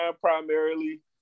primarily